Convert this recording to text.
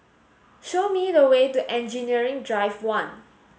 show me the way to Engineering Drive One